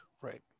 Right